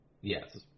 Yes